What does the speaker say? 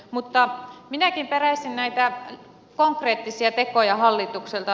mutta minäkin peräisin näitä konkreettisia tekoja hallitukselta